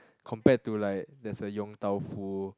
compared to like there's a Yong-Tau-Foo